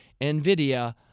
NVIDIA